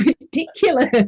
ridiculous